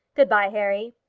good-by, harry.